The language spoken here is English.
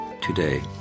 today